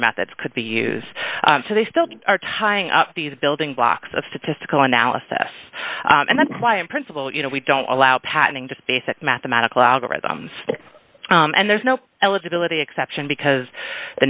methods could be used so they still are tying up these building blocks of statistical analysis and that's why in principle you know we don't allow patenting just basic mathematical algorithms and there's no eligibility exception because the